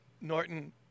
Norton